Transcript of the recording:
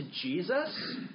Jesus